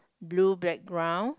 blue background